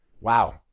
wow